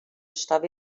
estava